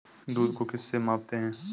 दूध को किस से मापते हैं?